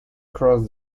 cross